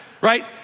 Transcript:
Right